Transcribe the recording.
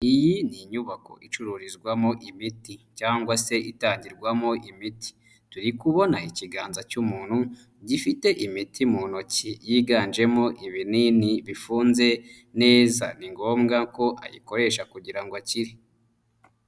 Iyi ni inyubako icururizwamo imiti cyangwa se itangirwamo imiti. Turi kubona ikiganza cy'umuntu gifite imiti mu ntoki yiganjemo ibinini bifunze neza. Ni ngombwa ko ayikoresha kugira ngo akire.